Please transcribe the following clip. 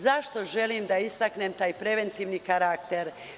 Zašto želim da istaknem taj preventivni karakter?